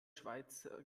schweizer